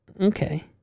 Okay